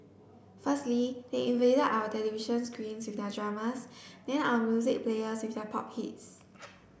firstly they invaded our television screens with their dramas then our music players with their pop hits